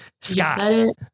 Scott